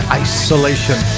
isolation